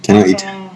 !wah!